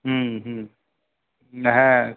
হুম হুম হ্যাঁ